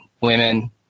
women